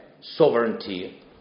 Sovereignty